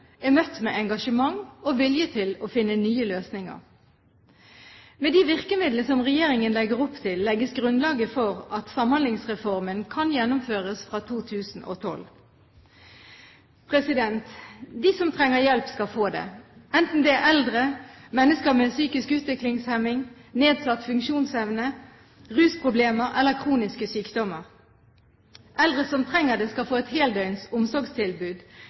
er møtt med engasjement og vilje til å finne nye løsninger. Med de virkemidler som regjeringen legger opp til, legges grunnlaget for at Samhandlingsreformen kan gjennomføres fra 2012. De som trenger hjelp, skal få det – enten det er eldre, mennesker med psykisk utviklingshemming, nedsatt funksjonsevne, rusproblemer eller kroniske sykdommer. Eldre som trenger det, skal få et heldøgns omsorgstilbud.